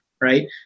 right